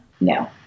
No